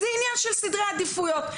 זה עניין של סדרי עדיפויות.